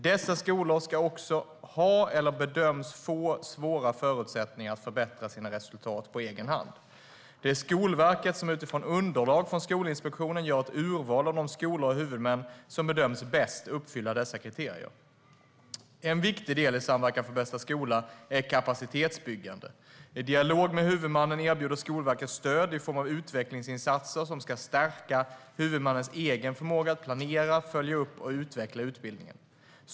Dessa skolor ska också ha eller bedöms få svåra förutsättningar att förbättra sina resultat på egen hand. Det är Skolverket som utifrån underlag från Skolinspektionen gör ett urval av de skolor och huvudmän som bedöms bäst uppfylla dessa kriterier. En viktig del i Samverkan för bästa skola är kapacitetsbyggande. I dialog med huvudmannen erbjuder Skolverket stöd i form av utvecklingsinsatser som ska stärka huvudmannens egen förmåga att planera, följa upp och utveckla utbildningen.